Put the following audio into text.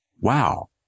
wow